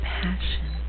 passion